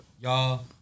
Y'all